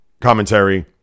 commentary